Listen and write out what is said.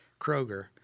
Kroger